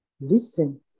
Listen